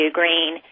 green